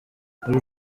uru